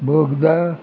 बोगदा